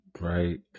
right